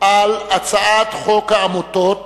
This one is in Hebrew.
על הצעת חוק העמותות